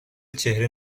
چهره